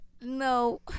No